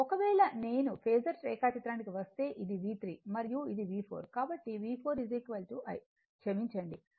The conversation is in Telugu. ఒకవేళ నేను ఫేసర్ రేఖాచిత్రానికి వస్తే ఇది V3 మరియు ఇది V4 కాబట్టి V4 I క్షమించండి V V4 V3